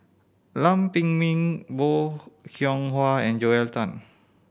Lam Pin Min Bong Hiong Hwa and Joel Tan